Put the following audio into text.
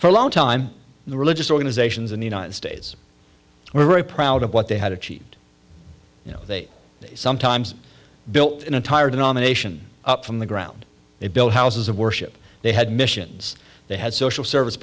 for a long time the religious organizations in the united states were very proud of what they had achieved you know they sometimes built an entire denomination up from the ground they built houses of worship they had missions they had social service